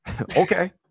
Okay